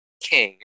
king